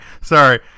Sorry